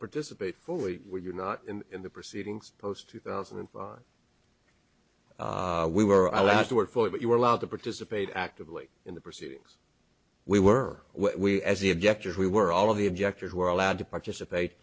participate fully when you're not in the proceedings post two thousand and one we were allowed to work for you but you were allowed to participate actively in the proceedings we were as the object as we were all of the objectors were allowed to participate